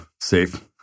safe